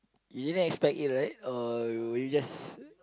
you didn't expect it right or were you just